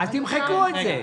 אז תמחקו את זה.